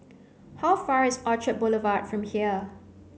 how far is Orchard Boulevard from here